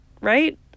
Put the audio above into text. right